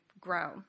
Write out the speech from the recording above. grow